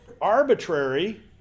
arbitrary